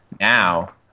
now